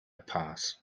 pass